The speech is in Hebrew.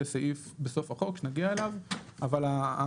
יהיה סעיף בסוף החוק שנגיע אליו.